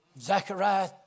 Zechariah